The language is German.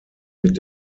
mit